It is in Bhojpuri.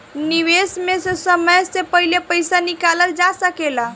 निवेश में से समय से पहले पईसा निकालल जा सेकला?